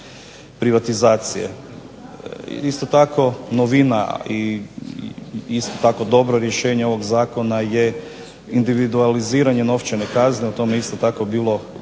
privatizacije. Isto tako novina i isto tako dobro rješenje ovog Zakona je individualiziranje novčane kazne u tome je isto tako bilo